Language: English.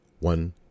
one